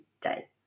day